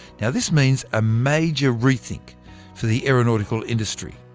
yeah this means a major rethink for the aeronautical industry.